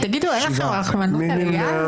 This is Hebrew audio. מי נמנע?